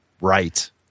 Right